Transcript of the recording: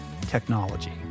technology